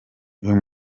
uyu